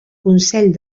consell